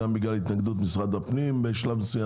גם בגלל התנגדות משרד הפנים בשלב מסוים